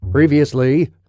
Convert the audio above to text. Previously